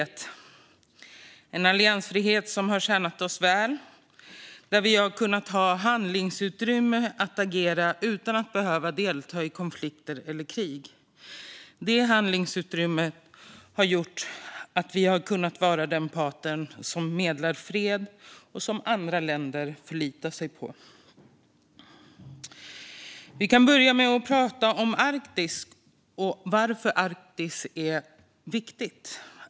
Det är en alliansfrihet som har tjänat oss väl, och där vi har kunnat ha handlingsutrymme att agera utan att behöva delta i konflikter eller krig. Detta handlingsutrymme har gjort att vi har kunnat vara den part som medlar fred och som andra länder förlitar sig på. Jag kan börja med att prata om Arktis och varför Arktis är viktigt.